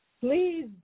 Please